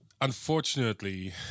unfortunately